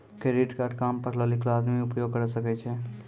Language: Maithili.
क्रेडिट कार्ड काम पढलो लिखलो आदमी उपयोग करे सकय छै?